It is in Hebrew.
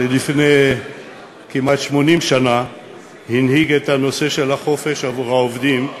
שלפני כמעט 80 שנה הנהיג את הנושא של החופשה עבור העובדים,